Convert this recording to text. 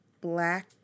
Black